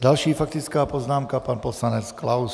Další faktická poznámka, pan poslanec Klaus.